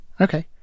okay